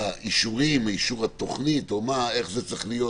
אישור התוכנית, איך זה צריך להיות.